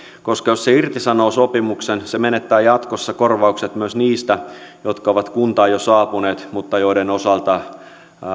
koska jos se irtisanoo sopimuksen se se menettää jatkossa korvaukset myös niistä jotka ovat kuntaan jo saapuneet mutta joiden osalta